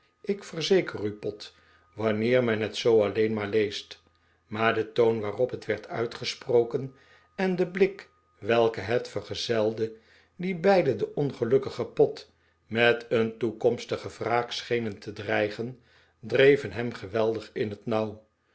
ik verzeker u pott wanneer men het zoo alleen maar leestj maar de toon waarop het werd uitgesproken en de blik welke het vergezelde die beide den ongelukkigen pott met een toekomstige wraak schenen te dreigen dreven hem geweldig in het nauw